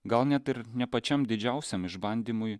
gal net ir ne pačiam didžiausiam išbandymui